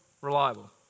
reliable